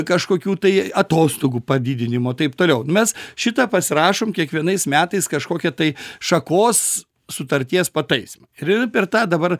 kažkokių tai atostogų padidinimo taip toliau mes šitą pasirašom kiekvienais metais kažkokią tai šakos sutarties pataisymą ir per tą dabar